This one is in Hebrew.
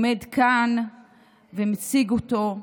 ועומד כאן ומציג אותו,